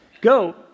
Go